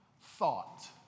thought